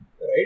right